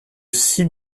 six